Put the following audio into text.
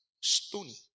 stony